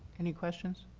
any questions?